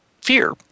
fear